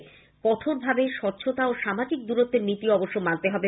তবে কঠোর ভাবে স্বচ্ছতা ও সামাজিক দূরত্বের নীতি মানতে হবে